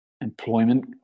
Employment